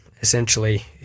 essentially